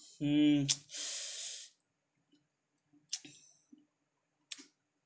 mm